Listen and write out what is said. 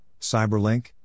Cyberlink